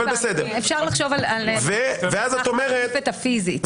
אפשר לחשוב על ההיבט הפיזי.